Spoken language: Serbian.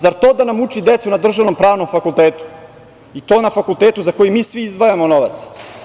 Zar to da nam uči decu na državnom Pravnom fakultetu i to na fakultetu za koji mi svi izdvajamo novac?